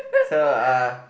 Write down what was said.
so uh